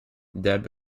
deb